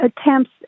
attempts